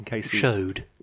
showed